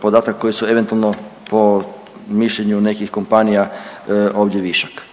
podataka koji su eventualno po mišljenju nekih kompanija ovdje višak.